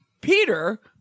Peter